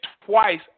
twice